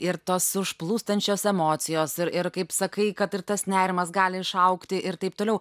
ir tos užplūstančios emocijos ir ir kaip sakai kad ir tas nerimas gali išaugti ir taip toliau